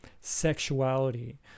sexuality